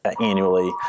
annually